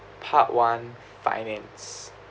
part one finance